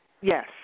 Yes